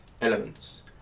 elements